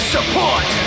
Support